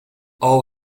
all